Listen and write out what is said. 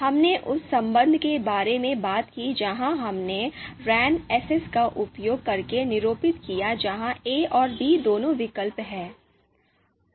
हमने उस संबंध के बारे में बात की जहां हमने ran S S 'का उपयोग करके निरूपित किया जहां a और b दोनों विकल्प हैं